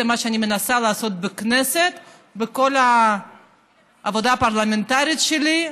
זה מה שאני מנסה לעשות בכנסת בכל העבודה הפרלמנטרית שלי,